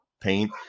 paint